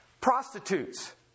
Prostitutes